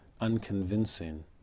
unconvincing